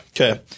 Okay